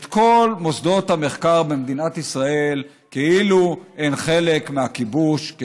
את כל מוסדות המחקר במדינת ישראל כאילו הם חלק מהכיבוש,